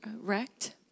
wrecked